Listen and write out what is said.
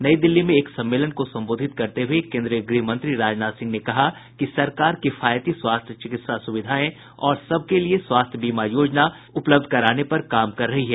नई दिल्ली में एक सम्मेलन को संबोधित करते हुए केन्द्रीय गृह मंत्री राजनाथ सिंह ने कहा कि सरकार किफायती स्वास्थ्य चिकित्सा सुविधाएं और सबके लिए स्वास्थ्य बीमा योजना उपलब्ध कराने पर काम कर रही है